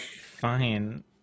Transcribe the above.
Fine